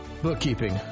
bookkeeping